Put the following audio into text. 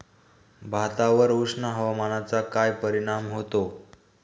भातावर उष्ण हवामानाचा काय परिणाम होतो?